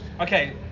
Okay